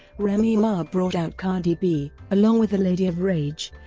remy ma brought out cardi b, along with the lady of rage,